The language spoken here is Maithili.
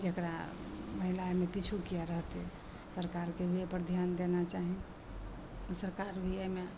जकरा महिला एहिमे पिछु किएक रहतै सरकारके ओहिपर धिआन देना चाही सरकार भी एहिमे